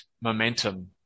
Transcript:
momentum